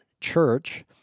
church